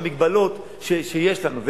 עם המגבלות שיש לנו,